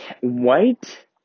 white